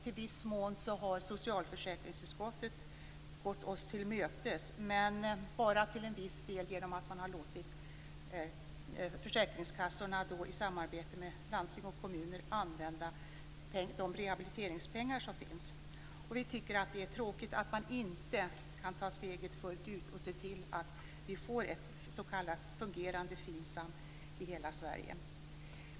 I viss mån har socialförsäkringsutskottet gått oss till mötes. Man låter försäkringskassorna i samarbete med landsting och kommuner använda de rehabiliteringspengar som finns. Vi tycker att det är tråkigt att man inte kan ta steget fullt ut och se till att vi får ett fungerande FINSAM i hela Sverige.